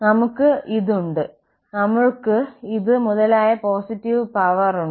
നമ്മൾക്ക് ¿ c02 2∨¿ ഉണ്ട് നമ്മൾക്ക് ¿c12∨∨c22∨¿ മുതലായവയുടെ പോസിറ്റീവ് പവർ ഉണ്ട്